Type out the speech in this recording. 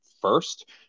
first